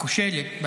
הכושלת,